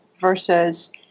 versus